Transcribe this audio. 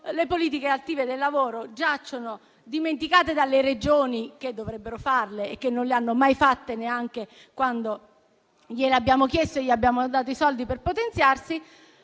le politiche attive del lavoro giacciono dimenticate dalle Regioni, che dovrebbero farle, ma non le hanno mai fatte, neanche quando glielo abbiamo chiesto e gli abbiamo dato i soldi per potenziarsi.